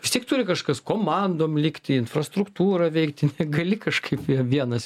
vis tiek turi kažkas komandom likti infrastruktūra veikti gali kažkaip vienas